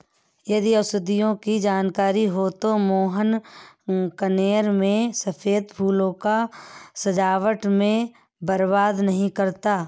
यदि औषधियों की जानकारी होती तो मोहन कनेर के सफेद फूलों को सजावट में बर्बाद नहीं करता